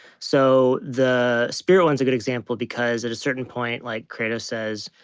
so the spirit one is a good example because at a certain point like kratos says,